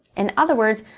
in other words,